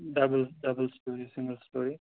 double double story single story